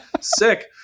sick